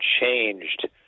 changed